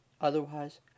Otherwise